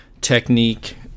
technique